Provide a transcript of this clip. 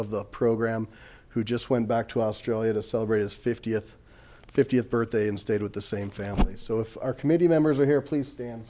of the program who just went back to australia to celebrate his fiftieth fiftieth birthday and stayed with the same family so if our committee members are here please s